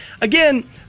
again